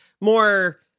more